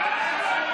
למה?